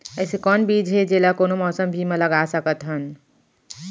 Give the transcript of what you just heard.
अइसे कौन बीज हे, जेला कोनो मौसम भी मा लगा सकत हन?